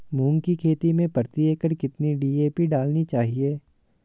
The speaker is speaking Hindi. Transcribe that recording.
मूंग की खेती में प्रति एकड़ कितनी डी.ए.पी डालनी चाहिए?